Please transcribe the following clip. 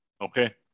Okay